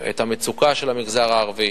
את המצוקה של המגזר הערבי,